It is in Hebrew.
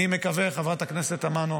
חברת הכנסת תמנו,